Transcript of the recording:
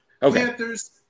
Panthers